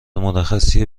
مرخصی